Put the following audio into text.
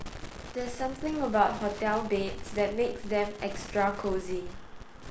there's something about hotel beds that makes them extra cosy